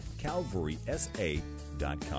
calvarysa.com